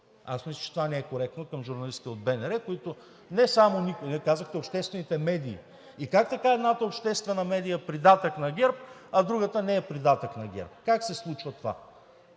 Аз мисля, че това не е коректно към журналистите от БНР, които не само никой… Не, казахте „обществените медии“. И как така едната обществена медия е придатък на ГЕРБ, а другата не е придатък на ГЕРБ? Как се случва това?